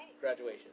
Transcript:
graduation